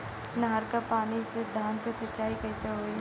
नहर क पानी से धान क सिंचाई कईसे होई?